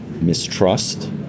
mistrust